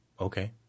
okay